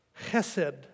Chesed